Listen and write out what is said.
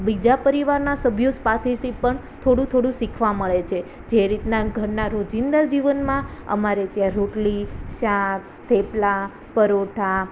બીજા પરિવારના સભ્યો પાસેથી પણ થોડું થોડું શીખવા મળે છે જે રીતના ઘરના રોજિંદા જીવનમાં અમારે ત્યાં રોટલી શાક થેપલાં પરોઠાં